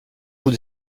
bout